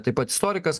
taip pat istorikas